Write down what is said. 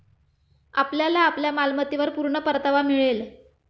आपल्याला आपल्या मालमत्तेवर पूर्ण परतावा मिळेल